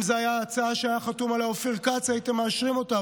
אם זו הייתה הצעה שהיה חתום עליה אופיר כץ הייתם מאשרים אותה,